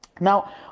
Now